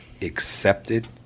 accepted